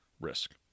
risk